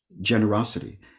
generosity